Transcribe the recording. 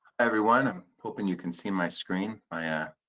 everyone, i'm hoping you can see my screen. my